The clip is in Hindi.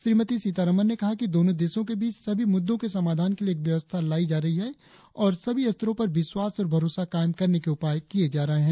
श्रीमती सीतारमन ने कहा कि दोनों देशों के बीच सभी मुद्दों के समाधान के लिए एक व्यवस्था लाई जा रही है और सभी स्तरों पर विश्वास और भरोसा कायम करने के उपाय किये जा रहे हैं